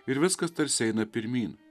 ir viskas tarsi eina pirmyn